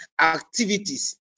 activities